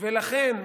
ולכן,